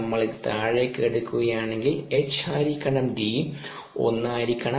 നമ്മൾ ഇത് താഴേക്ക് എടുക്കുകയാണെങ്കിൽ H ഹരിക്കണം D 1 ആയിരിക്കണം